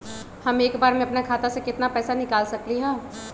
हम एक बार में अपना खाता से केतना पैसा निकाल सकली ह?